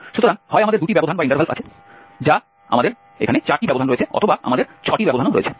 সুতরাং হয় আমাদের 2টি ব্যবধান আছে বা আমাদের 4টি ব্যবধান রয়েছে অথবা আমাদের 6টি ব্যবধান রয়েছে